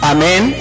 Amen